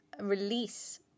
release